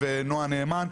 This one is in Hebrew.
ונעה נאמן,